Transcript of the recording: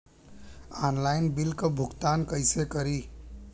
Online bill क भुगतान कईसे करी?